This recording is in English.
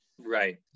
Right